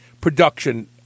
production